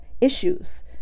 issues